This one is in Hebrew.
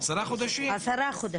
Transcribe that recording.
עשרה חודשים.